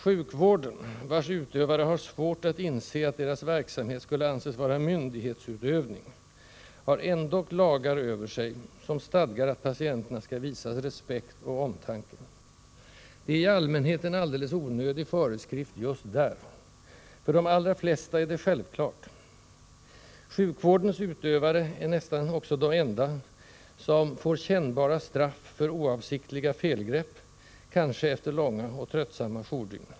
Sjukvården, vars utövare har svårt att inse att deras verksamhet skulle anses vara ”myndighetsutövning”, har ändock lagar över sig, som stadgar att patienterna skall visas ”respekt och omtanke”. Det är i allmänhet en alldeles onödig föreskrift just där: för de allra flesta är det självklart. Sjukvårdens utövare är nästan också de enda som får kännbara straff för oavsiktliga felgrepp, kanske efter långa och tröttsamma jourdygn.